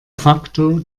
facto